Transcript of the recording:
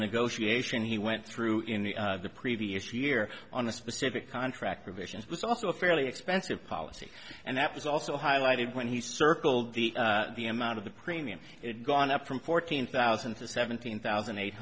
negotiation he went through in the previous year on the specific contract provisions was also a fairly expensive policy and that was also highlighted when he circled the the amount of the premium it gone up from fourteen thousand to seventeen thousand eight